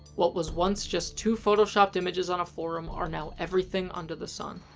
what was once just two photoshopped images on a forum are now everything under the sun.